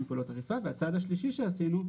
פעולות אכיפה והצעד השלישי שעשינו,